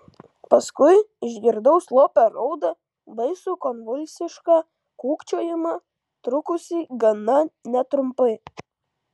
paskui išgirdau slopią raudą baisų konvulsišką kūkčiojimą trukusį gana netrumpai